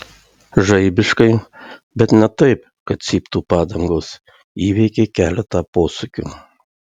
žaibiškai bet ne taip kad cyptų padangos įveikė keletą posūkių